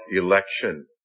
election